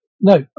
no